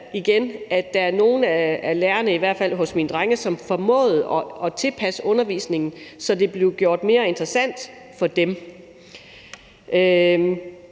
at der var nogle af lærerne, som formåede at tilpasse undervisningen, så den blev gjort mere interessant for dem.